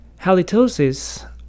Halitosis